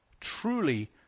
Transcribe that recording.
truly